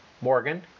Morgan